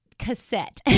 cassette